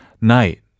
night